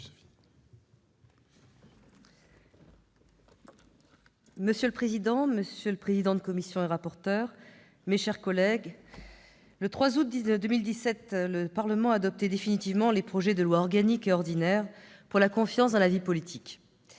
Monsieur le président, monsieur le président-rapporteur de la commission des lois, mes chers collègues, le 3 août 2017, le Parlement adoptait définitivement les projets de loi organique et ordinaire pour la confiance dans la vie politique.